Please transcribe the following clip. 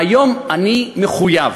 והיום אני מחויב